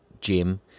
Jim